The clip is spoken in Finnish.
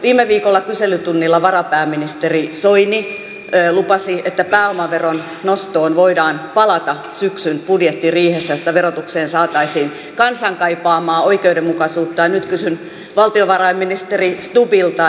viime viikolla kyselytunnilla varapääministeri soini lupasi että pääomaveron nostoon voidaan palata syksyn budjettiriihessä että verotukseen saataisiin kansan kaipaamaa oikeudenmukaisuutta ja nyt kysyn valtiovarainministeri stubbilta